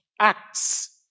Acts